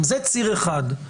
זה ציר אחד,